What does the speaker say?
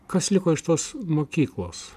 kas liko iš tos mokyklos